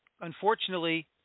unfortunately